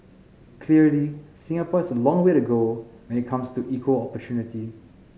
clearly Singapore has a long way to go when it comes to equal opportunity